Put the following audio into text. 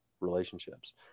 relationships